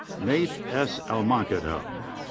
naif s. almakhdhub.